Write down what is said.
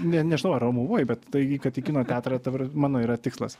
ne nežinau ar romuvoj bet tai kad į kino teatrą ta pra mano yra tikslas